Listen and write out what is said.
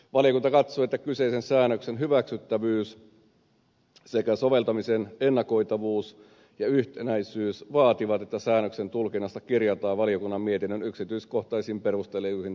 valiokunta katsoo että kyseisen säännöksen hyväksyttävyys sekä soveltamisen ennakoitavuus ja yhtenäisyys vaativat että säännöksen tulkinnasta kirjataan valiokunnan mietinnön yksityiskohtaisiin perusteluihin täsmälliset tulkintaohjeet